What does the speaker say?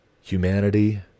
humanity